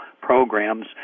programs